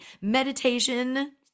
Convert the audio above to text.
meditation